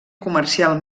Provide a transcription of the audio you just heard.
comercial